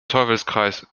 teufelskreis